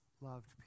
loved